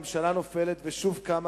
ממשלה נופלת ושוב קמה,